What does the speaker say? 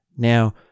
Now